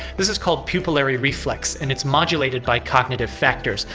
this is called pupillary reflex and it's modulated by cognitive factors.